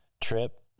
trip